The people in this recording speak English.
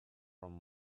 from